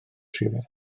rhifau